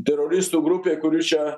teroristų grupė kuri čia